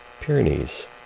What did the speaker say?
Pyrenees